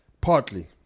partly